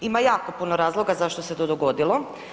Ima jako puno razloga zašto se to dogodilo.